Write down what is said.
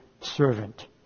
servant